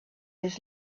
his